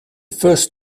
first